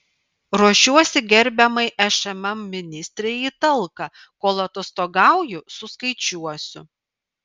ruošiuosi gerbiamai šmm ministrei į talką kol atostogauju suskaičiuosiu